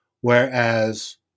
whereas